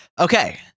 Okay